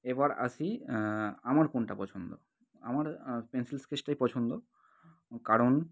এবার আসি আমার কোনটা পছন্দ আমার পেনসিল স্কেচটাই পছন্দ কারণ